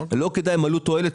לא כדאי מבחינת עלות-תועלת,